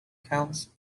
counts